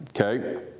Okay